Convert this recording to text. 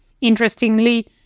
Interestingly